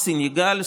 סנגל,